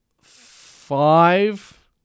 five